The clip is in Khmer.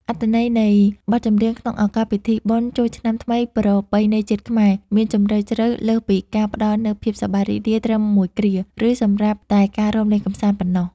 អត្ថន័យនៃបទចម្រៀងក្នុងឱកាសពិធីបុណ្យចូលឆ្នាំថ្មីប្រពៃណីជាតិខ្មែរ មានជម្រៅជ្រៅលើសពីការផ្ដល់នូវភាពសប្បាយរីករាយត្រឹមមួយគ្រា ឬសម្រាប់តែការរាំលេងកម្សាន្តប៉ុណ្ណោះ។